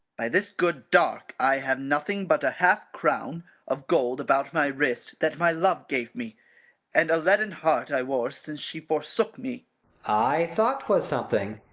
by this good dark, i have nothing but a half-crown of gold about my wrist, that my love gave me and a leaden heart i wore since she forsook me i thought twas something.